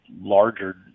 larger